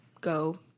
go